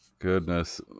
Goodness